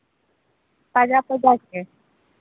ᱛᱟᱡᱟ ᱛᱟᱡᱟ ᱜᱮ